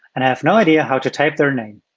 and i have no idea how to type their name.